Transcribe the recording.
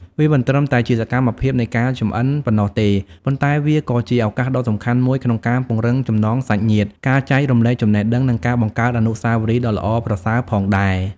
វាមិនត្រឹមតែជាសកម្មភាពនៃការចម្អិនប៉ុណ្ណោះទេ ប៉ុន្តែវាក៏ជាឱកាសដ៏សំខាន់មួយក្នុងការពង្រឹងចំណងសាច់ញាតិ ការចែករំលែកចំណេះដឹង និងការបង្កើតអនុស្សាវរីយ៍ដ៏ល្អប្រសើរផងដែរ ។